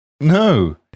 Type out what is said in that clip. No